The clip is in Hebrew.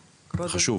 חשוב.